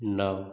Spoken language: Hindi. नौ